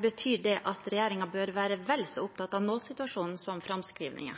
betyr at regjeringen bør være vel så opptatt av nå-situasjonen som av framskrivningen.